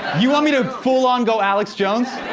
you want me to full on go alex jones?